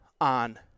on